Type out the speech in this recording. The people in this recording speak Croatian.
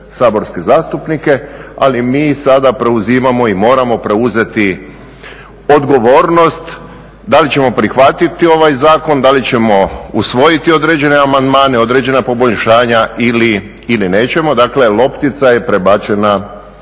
Ali mi sada preuzimamo i moramo preuzeti odgovornost da li ćemo prihvatiti ovaj zakon, da li ćemo usvojiti određene amandmane, određena poboljšanja ili nećemo. Dakle, loptica je prebačena